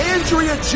Andrea